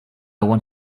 want